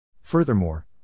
Furthermore